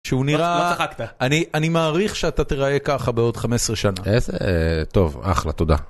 שהוא נראה, לא צחקת, אני אני מעריך שאתה תראה ככה בעוד 15 שנה, איזה...טוב אחלה תודה.